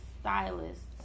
stylists